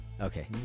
okay